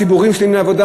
ציבורים שלמים לעבודה,